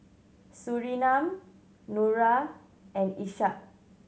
Surinam Nura and Ishak